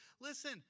Listen